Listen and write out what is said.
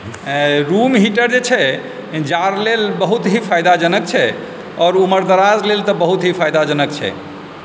room heater जे छै जाड़ लेल बहुत ही फायदाजनक छै आओर उमर दराज लेल तऽ बहुत ही फायदाजनक छै